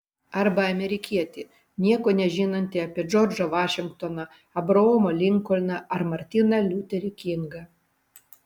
arba amerikietį nieko nežinantį apie džordžą vašingtoną abraomą linkolną ar martyną liuterį kingą